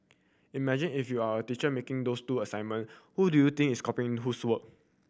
imagine if you are a teacher making these two assignment who do you think is copying whose work